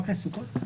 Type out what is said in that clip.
רק לסוכות?